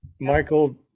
Michael